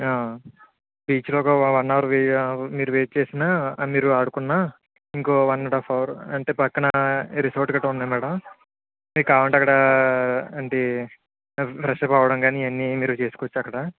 బీచ్లో ఒక one hour మీరు వెయిట్ చేసిన మీరు ఆడుకున్నా ఇంకో one and half an hour అంటే పక్కన రిసార్ట్ గట్ట ఉన్నాయి మ్యాడం మీకు కావాలంటే అక్కడ ఏంటి ఫ్రెష్ అప్ అవడం గానీ ఇవన్నీమీరు చేసుకోచ్చు అక్కడ